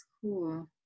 cool